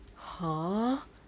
hmm